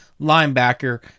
linebacker